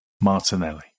Martinelli